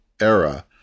era